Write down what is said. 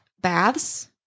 baths